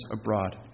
abroad